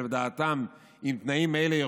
שלדעתם עם תנאים אלה,